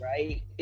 Right